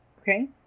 Okay